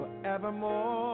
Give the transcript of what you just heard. forevermore